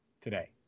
today